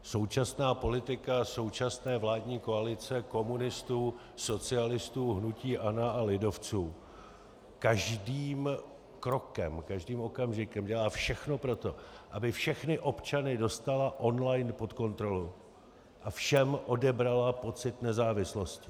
Současná politika současné vládní koalice komunistů, socialistů, hnutí ANO a lidovců každým krokem, každým okamžikem dělá všechno pro to, aby všechny občany dostala online pod kontrolu a všem odebrala pocit nezávislosti.